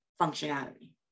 functionality